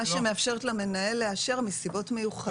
שמאפשרת למנהל לאשר מסיבות מיוחדות.